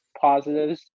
positives